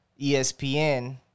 ESPN